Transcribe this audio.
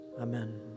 Amen